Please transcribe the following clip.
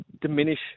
diminish